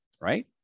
right